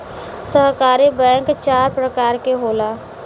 सहकारी बैंक चार परकार के होला